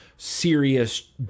serious